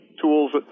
tools